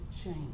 change